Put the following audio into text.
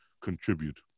contribute